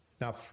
Now